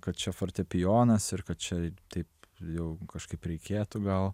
kad čia fortepijonas ir kad čia taip jau kažkaip reikėtų gal